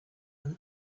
than